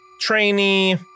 trainee